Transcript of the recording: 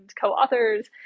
co-authors